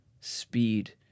speed